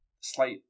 slight